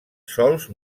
sòls